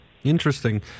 Interesting